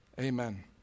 Amen